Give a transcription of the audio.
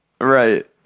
right